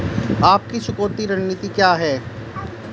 आपकी चुकौती रणनीति क्या है?